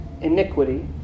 iniquity